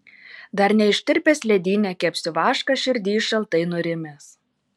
dar neištirpęs ledyne kepsiu vašką širdyj šaltai nurimęs